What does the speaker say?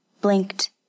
blinked